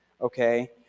okay